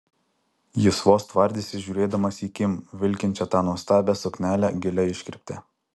jis vos tvardėsi žiūrėdamas į kim vilkinčią tą nuostabią suknelę gilia iškirpte